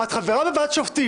את חברה בוועדת שופטים,